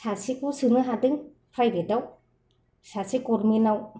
बुरजा सोनो हायाखै